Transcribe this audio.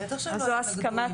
בטח שהם לא יתנגדו.